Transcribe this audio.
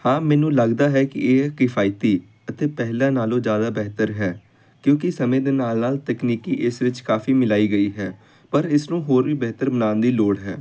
ਹਾਂ ਮੈਨੂੰ ਲੱਗਦਾ ਹੈ ਕਿ ਇਹ ਕਿਫਾਇਤੀ ਅਤੇ ਪਹਿਲਾ ਨਾਲੋਂ ਜ਼ਿਆਦਾ ਬਿਹਤਰ ਹੈ ਕਿਉਂਕਿ ਸਮੇਂ ਦੇ ਨਾਲ ਨਾਲ ਤਕਨੀਕੀ ਇਸ ਵਿੱਚ ਕਾਫੀ ਮਿਲਾਈ ਗਈ ਹੈ ਪਰ ਇਸ ਨੂੰ ਹੋਰ ਵੀ ਬਿਹਤਰ ਬਣਾਉਣ ਦੀ ਲੋੜ ਹੈ